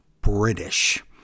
British